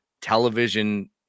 television